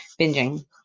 binging